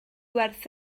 werth